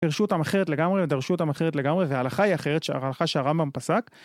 פרשו אותם אחרת לגמרי, ודרשו אותם אחרת לגמרי, וההלכה היא אחרת. שההלכה שהרמב״ם פסק...